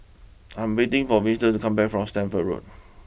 I'm waiting for Winton to come back from Stamford Road